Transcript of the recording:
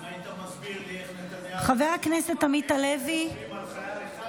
אם היית מסביר לי איך נתניהו החזיר 1,000 מחבלים על חייל אחד,